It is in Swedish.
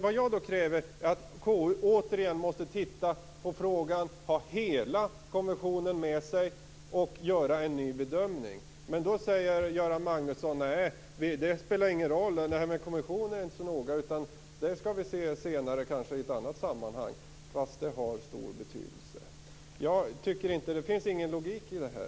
Vad jag kräver är att KU återigen tittar på frågan, har hela konventionen med och gör en ny bedömning. Fastän frågan har stor betydelse säger Göran Magnusson: Nej, det spelar ingen roll. Det här med konventionen är inte så noga, utan det skall vi kanske se senare i ett annat sammanhang. Jag tycker inte att det finns någon logik i det här,